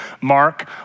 Mark